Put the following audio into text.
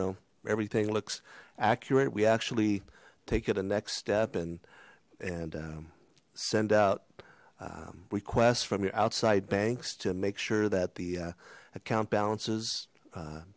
know everything looks accurate we actually take it a next step in and send out requests from your outside banks to make sure that the account balances